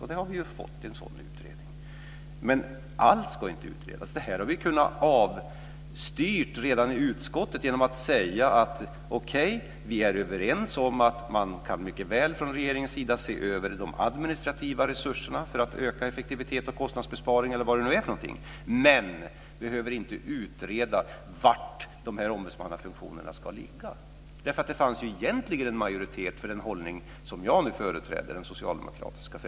Nu har vi fått en sådan utredning. Allt ska inte utredas. Det här hade vi kunnat avstyra redan i utskottet genom att säga: Okej, vi är överens om att man mycket väl från regeringens sida kan se över de administrativa resurserna för att öka effektiviteten och nå kostnadsbesparingar, eller vad det nu är för någonting, men behöver inte utreda var dessa ombudsmannafunktioner ska ligga. Det fanns egentligen en majoritet för den hållning som jag företräder, den socialdemokratiska.